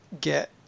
get